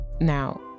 Now